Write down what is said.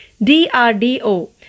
DRDO